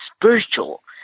spiritual